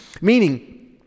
meaning